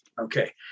Okay